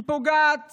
היא פוגעת